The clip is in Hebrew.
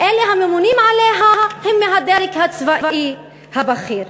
אלה הממונים עליה הם מהדרג הצבאי הבכיר.